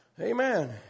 Amen